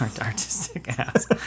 Artistic-ass